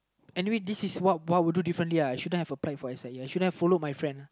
anyway this I what what I would do differentlyuhI shouldn't have applied for S_I_A I shouldn't have followed my friend